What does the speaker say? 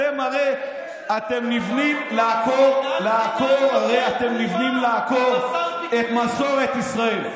אתם הרי נבנים לעקור את מסורת ישראל,